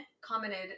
commented